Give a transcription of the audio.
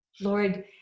Lord